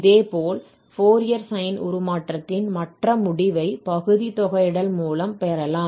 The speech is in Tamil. இதேபோல் ஃபோரியர் சைன் உருமாற்றத்தின் மற்ற முடிவை பகுதி தொகையிடல் மூலம் பெறலாம்